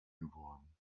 geworden